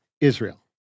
Israel